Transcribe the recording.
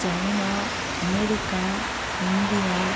China America India